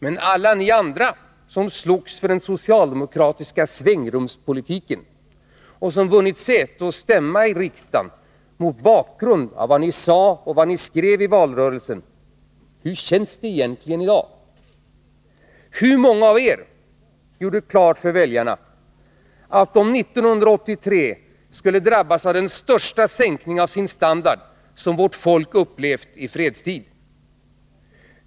Men alla ni andra som slogs för den socialdemokratiska svängrumspolitiken och som vunnit säte och stämma i riksdagen mot bakgrund av vad ni sade och skrev i valrörelsen, hur känns det i dag? Hur många av er gjorde klart för väljarna att de 1983 skulle drabbas av den största sänkning av sin standard som vårt folk upplevt i fredstid?